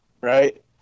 Right